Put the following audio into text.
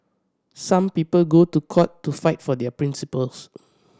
some people go to court to fight for their principles